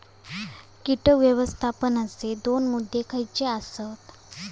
कीटक व्यवस्थापनाचे दोन मुद्दे खयचे आसत?